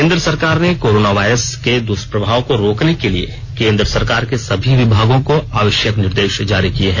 केन्द्र सरकार ने कोरोनो वायरस के दुष्प्रभाव को रोकने के लिए केंद्र सरकार के सभी विभागों को आवश्यरक निर्देश जारी किये हैं